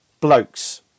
blokes